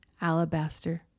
alabaster